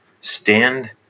stand